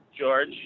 George